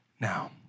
now